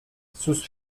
sus